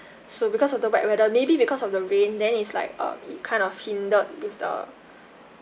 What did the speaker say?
so because of the wet weather maybe because of the rain then it's like uh it kind of hindered with the